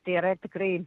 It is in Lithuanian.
tai yra tikrai